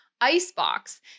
Icebox